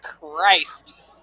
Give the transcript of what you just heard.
Christ